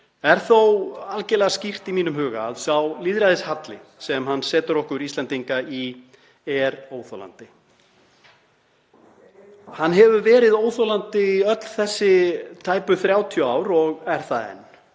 er þó algerlega skýrt í mínum huga að sá lýðræðishalli sem hann setur okkur Íslendinga í er óþolandi. Hann hefur verið óþolandi í öll þessi tæpu 30 ár og er það enn.